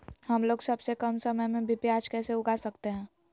हमलोग सबसे कम समय में भी प्याज कैसे उगा सकते हैं?